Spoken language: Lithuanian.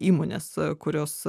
įmones kurios